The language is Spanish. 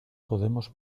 podemos